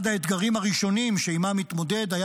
אחד האתגרים הראשונים שעמם התמודד היה